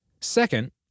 Second